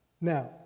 Now